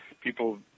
people